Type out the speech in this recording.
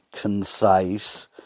concise